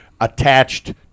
attached